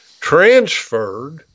transferred